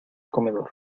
comedor